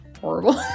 horrible